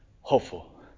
hopeful